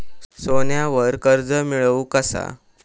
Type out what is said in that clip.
सोन्यावर कर्ज मिळवू कसा?